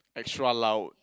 extra loud